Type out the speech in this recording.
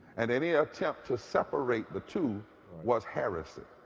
and any attempt to separate the two was heresy.